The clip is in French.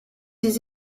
des